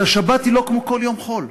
שהשבת היא לא כמו כל יום חול,